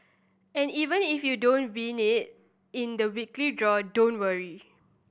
and even if you don't win knee in the weekly draw don't worry